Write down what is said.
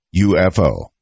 ufo